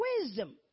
wisdom